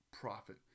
profit